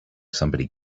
somebody